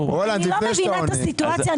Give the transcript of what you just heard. אני לא מבינה את הסיטואציה.